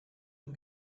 and